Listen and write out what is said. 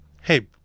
Hey